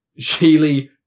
Sheely